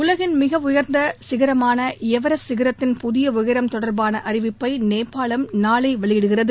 உலகின் மிக உயர்ந்த சிகரமான எவரெஸ்ட் சிகரத்தின் புதிய உயரம் தொடர்பான அறிவிப்பை நேபாளம் நாளை வெளியிடுகிறது